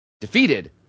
defeated